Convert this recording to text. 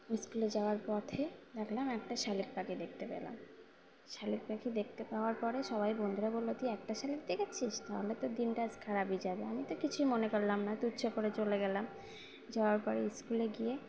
স্কুলে যাওয়ার পথে দেখলাম একটা শালিক পাখি দেখতে পেলাম শালিক পাখি দেখতে পাওয়ার পরে সবাই বন্ধুরা বললো তুই একটা শালিক দেখেছিস তাহলে তো দিনটা খারাপই যাবে আমি তো কিছুই মনে করলাম না দূর যা করে চলে গেলাম যাওয়ার পরে স্কুলে গিয়ে